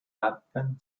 happen